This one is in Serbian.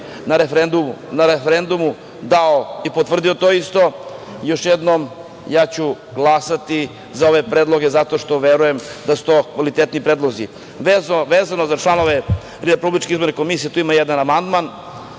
na referendumu dao i potvrdio to isto. Još jednom, ja ću glasati za ove predloge zato što verujem da su to kvalitetni predlozi. Vezano za članove RIK, tu ima jedan amandman,